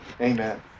amen